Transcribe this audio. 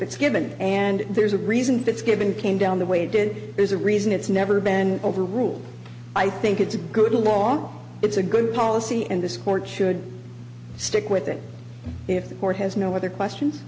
it's given and there's a reason it's given came down the way it did there's a reason it's never been overruled i think it's a good long it's a good policy and this court should stick with it if the court has no other questions